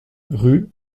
rue